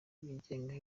bigenga